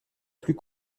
plus